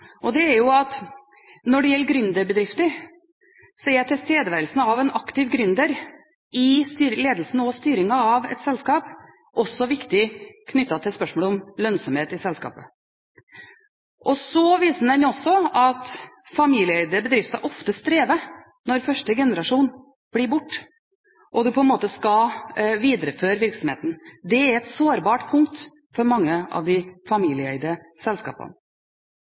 og det er at når det gjelder gründerbedrifter, er tilstedeværelsen av en aktiv gründer i ledelsen og i styringa av et selskap også viktig knyttet til spørsmål om lønnsomhet i selskapene. Så viser den også at familieeide bedrifter ofte strever når første generasjon blir borte, og en skal videreføre virksomheten. Det er et sårbart punkt for mange av de familieeide selskapene.